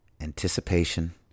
anticipation